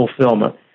fulfillment